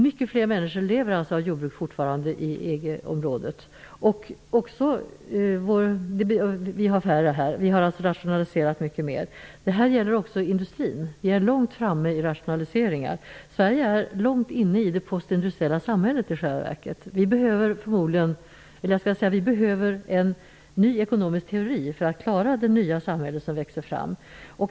Många fler människor lever alltså fortfarande av jordbruk i EG-området. Vi har färre här. Vi har alltså rationaliserat mycket mer. Detta gäller också industrin. Vi ligger långt framme när det gäller rationaliseringar. Sverige är i själva verket långt inne i det postindustriella samhället. Vi behöver en ny ekonomisk teori för att klara det nya samhälle som växer fram.